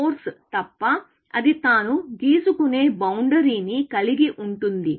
course తప్ప అది తాను గీసుకునే బౌండరీ ని కలిగి ఉంటుంది